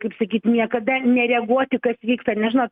kaip sakyt niekada nereaguoti kas vyksta nes žinot